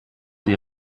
die